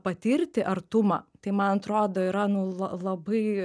patirti artumą tai man atrodo yra nu la labai